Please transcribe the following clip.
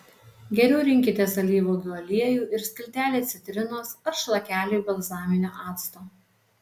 geriau rinkitės alyvuogių aliejų ir skiltelę citrinos ar šlakelį balzaminio acto